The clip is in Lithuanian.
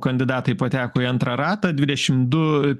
kandidatai pateko į antrą ratą dvidešim du